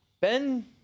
Ben